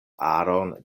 aron